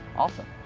awesome,